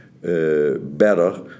better